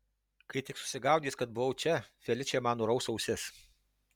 kai tik susigaudys kad buvau čia feličė man nuraus ausis